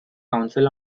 council